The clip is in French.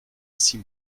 six